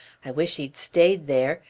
i wish he'd stayed there.